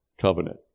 covenant